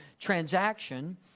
transaction